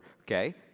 okay